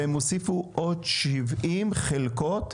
והוסיף עוד 70 חלקות,